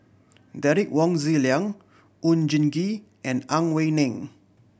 Derek Wong Zi Liang Oon Jin Gee and Ang Wei Neng